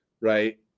right